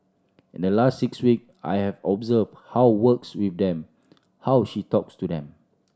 in the last six week I have observed how works with them how she talks to them